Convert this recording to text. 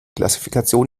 klassifikation